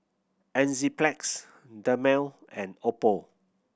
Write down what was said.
Enzyplex Dermale and Oppo